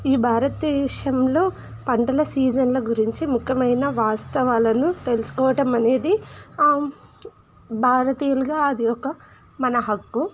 ఈ భారతదేశంలో పంటల సీజన్ల గురించి ముఖ్యమైన వాస్తవాలను తెలుసుకోవటం అనేది భారతీయులుగా అది ఒక మన హక్కు